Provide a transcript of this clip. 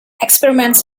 experiments